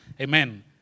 Amen